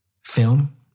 film